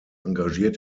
engagiert